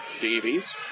Davies